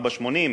4.80,